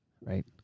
Right